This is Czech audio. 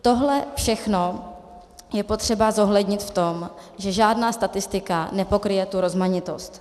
Tohle všechno je potřeba zohlednit v tom, že žádná statistika nepokryje tu rozmanitost.